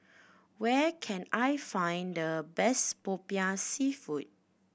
where can I find the best Popiah Seafood